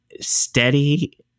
steady